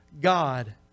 God